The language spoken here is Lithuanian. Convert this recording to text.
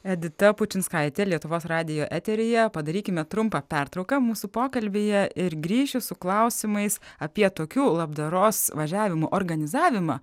edita pučinskaitė lietuvos radijo eteryje padarykime trumpą pertrauką mūsų pokalbyje ir grįšiu su klausimais apie tokių labdaros važiavimų organizavimą